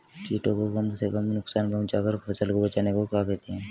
कीटों को कम से कम नुकसान पहुंचा कर फसल को बचाने को क्या कहते हैं?